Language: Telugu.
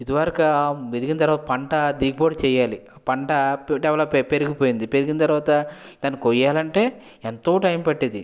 ఇదివరకు ఎదిగిన తర్వాత పంట దిగుబడి చేయాలి పంట పెరిగిపోయింది పెరిగిన తర్వాత దాన్ని కొయ్యాలి అంటే ఎంతో టైం పట్టేది